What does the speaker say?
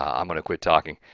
um i'm going to quit talking.